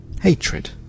Hatred